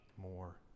more